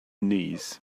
knees